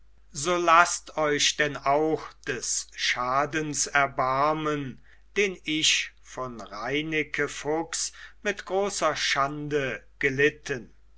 so laßt euch denn auch des schadens erbarmen den ich von reineke fuchs mit großer schande gelitten